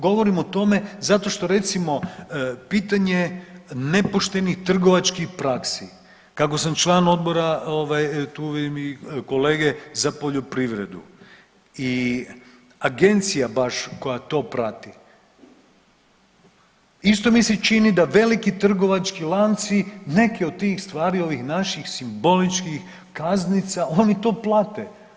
Govorim o tome zato što recimo pitanje nepoštenih trgovačkih praksi, kako sam član Odbora tu vidim i kolege, za poljoprivredu i Agencija baš koja to prati isto mi se čini da veliki trgovački lanci neke od tih stvari ovih naših simboličkih kaznica oni to plate.